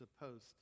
supposed